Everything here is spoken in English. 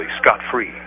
scot-free